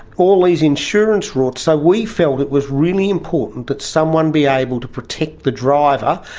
all these insurance rorts, so we felt it was really important that someone be able to protect the driver,